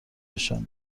بشم